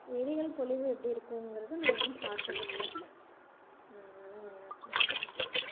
எரிகல் பொழிவு எப்படி இருக்குங்கிறது நான் இன்னும் பார்த்தது இல்லை அதனால் என்ன பண்ணுறதுன்னு தெர்லை